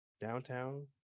Downtown